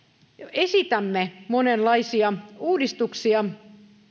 esitämme monenlaisia uudistuksia